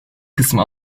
kısmı